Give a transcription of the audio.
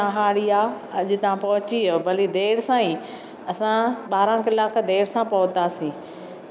अॼु तव्हां पहुची वियव भले देरि सां ई असां ॿारहां कलाक देरि सां पहुतासीं